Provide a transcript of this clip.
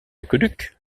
aqueduc